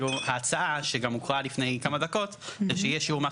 ההצעה שגם הוקראה לפני כמה דקות היא שיהיה שיעור מס